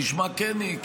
וכשמה כן היא,